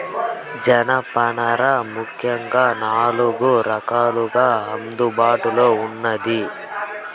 జనపనార ముఖ్యంగా నాలుగు రకాలుగా అందుబాటులో ఉన్నాది